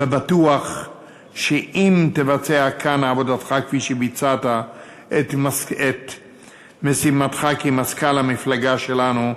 ובטוח שאם תבצע כאן את עבודתך כפי שביצעת את משימתך כמזכ"ל המפלגה שלנו,